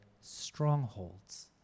strongholds